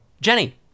Jenny